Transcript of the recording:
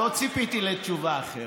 לא ציפיתי לתשובה אחרת.